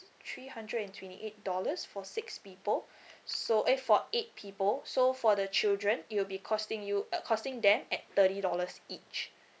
three hundred and twenty eight dollars for six people so eh for eight people so for the children it will be costing you uh costing them at thirty dollars each